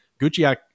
Gucci